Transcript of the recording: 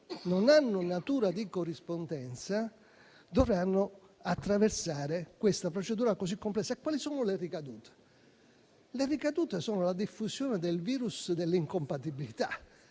non hanno natura di corrispondenza, dovranno attraversare questa procedura così complessa. Tra le ricadute vi è la diffusione del virus delle incompatibilità,